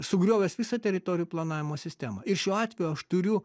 sugriovęs visą teritorijų planavimo sistemą ir šiuo atveju aš turiu